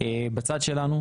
בצד שלנו,